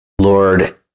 Lord